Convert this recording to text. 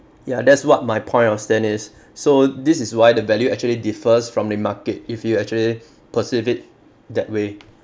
ya that's what my point of stand is so this is why the value actually differs from the market if you actually perceive it that way